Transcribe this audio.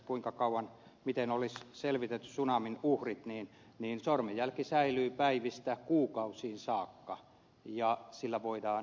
södermanilta aikaisemmin kysyin miten olisi selvitetty tsunamin uhrit niin sormenjälki säilyy päivistä kuukausiin saakka ja sillä voidaan identifioida henkilö